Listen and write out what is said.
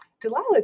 Delilah